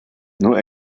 nur